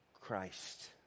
Christ